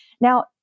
Now